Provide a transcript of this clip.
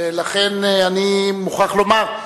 ולכן אני מוכרח לומר: